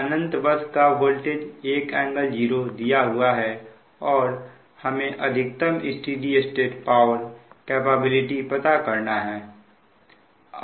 अनंत bus का voltage 1∟0 दिया हुआ है और हमें अधिकतम स्टेडी स्टेट पावर कैपेबिलिटी पता करना है